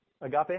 Agape